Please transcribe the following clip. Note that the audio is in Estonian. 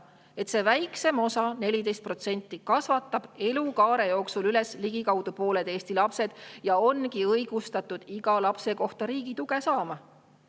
et see väiksem osa, 14%, kasvatab elukaare jooksul üles ligikaudu pooled Eesti lapsed ja ongi õigustatud iga lapse puhul riigi tuge saama.